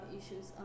issues